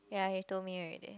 ya he told me already